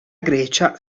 grecia